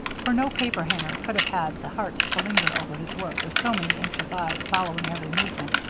for no paperhanger could have had the heart to linger over his work with so many anxious eyes following every movement.